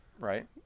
Right